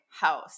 house